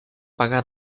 pagà